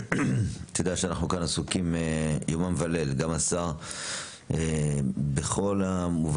אנחנו עסוקים יומם וליל גם השר - בכל הנושאים